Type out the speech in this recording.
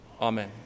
Amen